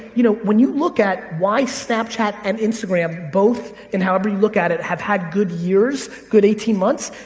you know, when you look at why snapchat and instagram both, in however you look at it, have had good years, good eighteen months,